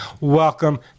welcome